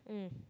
mm